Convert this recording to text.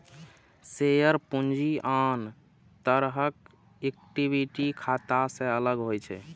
share पूंजी आन तरहक इक्विटी खाता सं अलग होइ छै